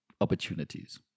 opportunities